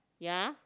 ya